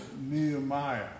Nehemiah